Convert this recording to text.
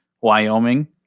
Wyoming